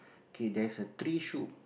K there's a three shoe